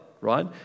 right